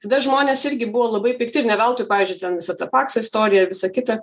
tada žmonės irgi buvo labai pikti ir ne veltui pavyzdžiui ten visa ta pakso istorija ir visa kita